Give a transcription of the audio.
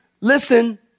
listen